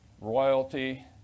royalty